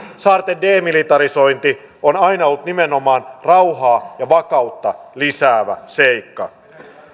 saarten demilitarisointi on aina ollut nimenomaan rauhaa ja vakautta lisäävä seikka